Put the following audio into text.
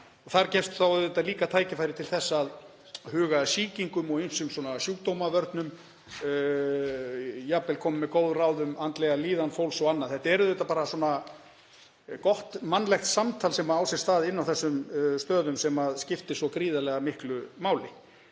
Þar gefst líka tækifæri til að huga að sýkingum og ýmsum sjúkdómavörnum og jafnvel koma með góð ráð um andlega líðan fólks og annað. Þetta er bara svona gott mannlegt samtal sem á sér stað inni á þessum stöðum, sem skiptir svo gríðarlega miklu máli.